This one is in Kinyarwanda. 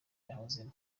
yahozemo